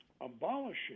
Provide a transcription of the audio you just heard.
abolishing